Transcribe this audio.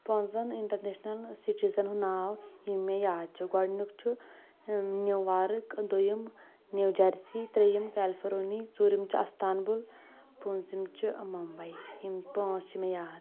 پانٛژن international citizen ہُنٛد ناو یِم مےٚ یاد چھِ گۄڈنیُک چھُ نیووارٕک دۄیِم نِو جرسی ترٛیٚیِم چھِ کیٚلفرونی ژوٗرِم چھُ اَستانبُل پوٗنٛژم چھُ ممبٕے یِم پانٛژھ چھِ مےٚ یاد